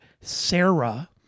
Sarah